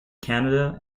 canada